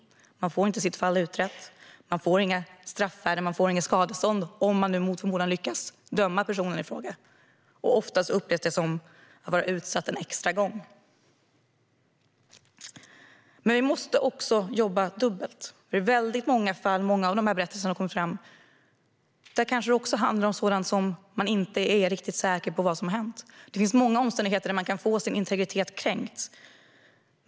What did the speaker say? Man får inte sitt fall utrett. Man får inga straffvärden. Man får inget skadestånd, om personen i fråga mot förmodan lyckas bli dömd. Oftast upplevs det som att vara utsatt en extra gång. Vi måste jobba dubbelt. I många av berättelserna som har kommit fram handlar det kanske också om situationer där man inte är helt säker på vad som har hänt. Många omständigheter kan leda till att integriteten kränks.